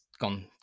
gone